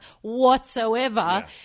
whatsoever